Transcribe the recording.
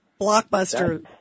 Blockbuster